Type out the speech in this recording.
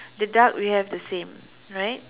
the duck we have the same right